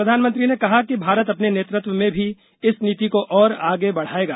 प्रधानमंत्री ने कहा कि भारत अपने नेतृत्व में भी इस नीति को और आगे बढ़ाएगा